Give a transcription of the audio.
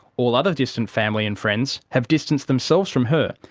all other distant family and friends have distanced themselves from her,